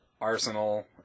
Arsenal